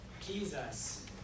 Jesus